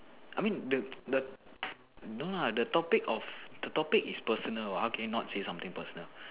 I mean the the no lah the topic of the topic is personal what how can you not say something personal